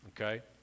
okay